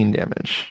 damage